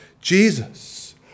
Jesus